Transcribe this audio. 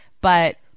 But-